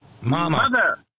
mother